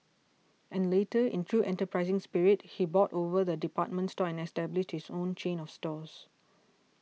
and later in true enterprising spirit he bought over the department store and established his own chain of stores